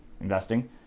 Investing